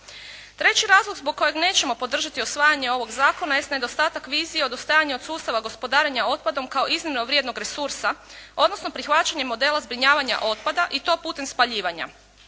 Treći razlog zbog čega nećemo podržati usvajanje ovog zakona jest nedostatak vizije, odustajanje od sustava gospodarenja otpadom kao iznimno vrijednog resursa odnosno prihvaćanje modela zbrinjavanja otpada i to putem spaljivanja.